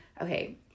Okay